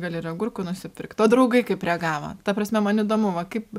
gali ir agurkų nusipirkt o draugai kaip reagavo ta prasme man įdomu va kaip